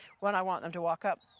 when i want them to walk up,